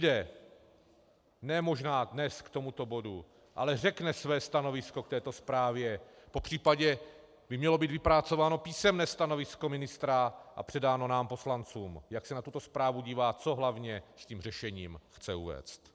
Ne možná dnes k tomuto bodu, ale řekne své stanovisko k této zprávě, popřípadě by mělo být vypracováno písemné stanovisko ministra a předáno nám poslancům, jak se na tuto zprávu dívá, co hlavně s tím řešením chce uvést.